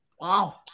Wow